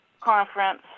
conference